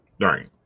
Right